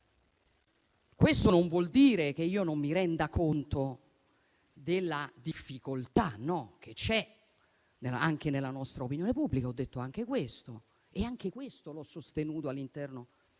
Questo non vuol dire che io non mi renda conto della difficoltà che è presente anche nella nostra opinione pubblica; ho detto anche questo e anche questo l'ho sostenuto all'interno